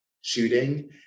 shooting